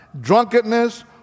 drunkenness